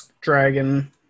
Dragon